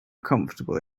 comfortable